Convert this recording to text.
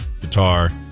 guitar